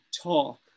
talk